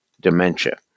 dementia